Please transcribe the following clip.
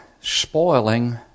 spoiling